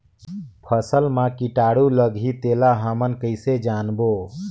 फसल मा कीटाणु लगही तेला हमन कइसे जानबो?